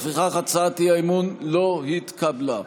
לפיכך, הצעת האי-אמון לא התקבלה.